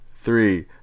three